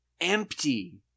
empty